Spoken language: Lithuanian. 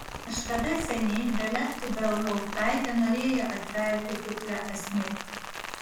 kažkada seniai dalia ibelhauptaitė norėjo atverti kuklią asmik